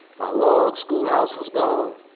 my log schoolhouse was gone.